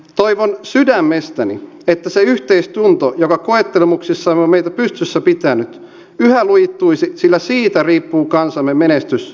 toivon sydämestäni että se yhteistunto joka koettelemuksissamme on meitä pystyssä pitänyt yhä lujittuisi sillä siitä riippuu kansamme menestys ja tulevaisuus